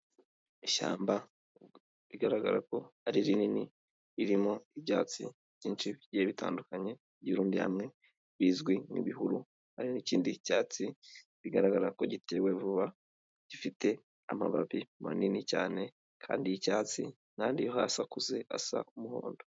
Ishyamba rigaragara ko ari rinini, ririmo ibyatsi byinshi bigiye bitandukanye byirundiyehe hamwe bizwi nk'ibihuru. Hari n'ikindi cyatsi bigaragara ko gitewe vuba, gifite amababi manini cyane kandi y'icyatsi n' andi yo hasi akuze asa umuhondo.